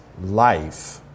life